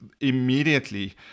Immediately